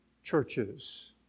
Churches